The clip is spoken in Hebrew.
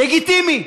לגיטימי.